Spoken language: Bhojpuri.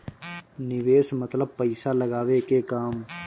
निवेस मतलब पइसा लगावे के काम